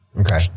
Okay